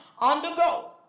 undergo